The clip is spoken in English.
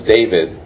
David